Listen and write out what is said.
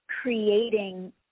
creating